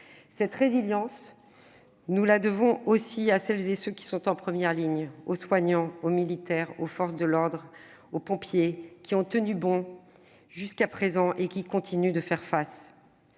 Cette résilience, nous la devons aussi à celles et ceux qui sont en première ligne : soignants, militaires, forces de l'ordre et pompiers qui ont tenu bon jusqu'à présent et qui continuent de faire face.